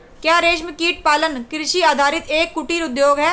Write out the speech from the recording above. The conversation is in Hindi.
क्या रेशमकीट पालन कृषि आधारित एक कुटीर उद्योग है?